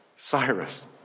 Cyrus